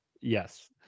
Yes